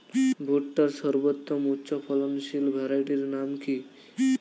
ভুট্টার সর্বোত্তম উচ্চফলনশীল ভ্যারাইটির নাম কি?